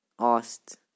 asked